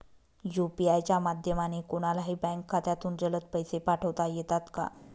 UPI च्या माध्यमाने कोणलाही बँक खात्यामधून जलद पैसे पाठवता येतात का?